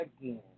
again